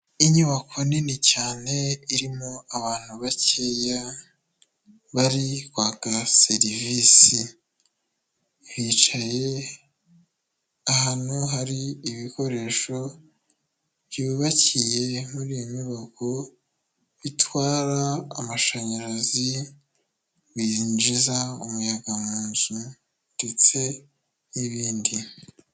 Inyubako nini cyane irimo abantu bakeya bari kwaka serivisi, bicaye ahantu hari ibikoresho byubakiye muri iyo nyubako bitwara amashanyarazi byinjiza umuyaga mu nzu ndetse n'ibindi.